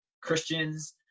christians